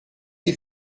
you